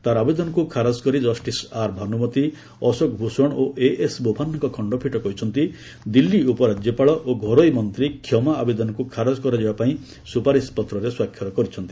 ତା'ର ଆବେଦନକୁ ଖାରଜ କରି ଜଷ୍ଟିସ ଆର୍ ଭାନୁମତି ଅଶୋକ ଭୂଷଣ ଓ ଏଏସ୍ ବୋପନ୍ନାଙ୍କ ଖଣ୍ଡପୀଠ କହିଛନ୍ତି ଦିଲ୍ଲୀ ଉପରାଜ୍ୟପାଳ ଓ ଘରୋଇ ମନ୍ତ୍ରୀ କ୍ଷମା ଆବେଦନକୁ ଖାରଜ କରାଯିବା ପାଇଁ ସୁପାରିଶ ପତ୍ରରେ ସ୍ୱାକ୍ଷର କରିଛନ୍ତି